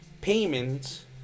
payments